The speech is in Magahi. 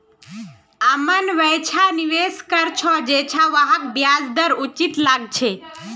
अमन वैछा निवेश कर छ जैछा वहाक ब्याज दर उचित लागछे